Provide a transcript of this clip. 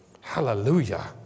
Hallelujah